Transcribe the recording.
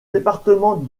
département